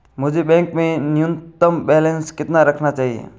मुझे बैंक में न्यूनतम बैलेंस कितना रखना चाहिए?